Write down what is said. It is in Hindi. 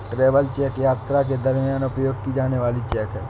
ट्रैवल चेक यात्रा के दरमियान उपयोग की जाने वाली चेक है